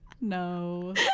No